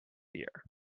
year